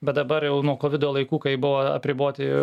bet dabar jau nuo kovido laikų kai buvo apriboti